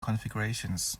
configurations